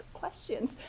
questions